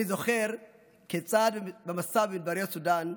אני זוכר כיצד במסע במדבריות סודאן,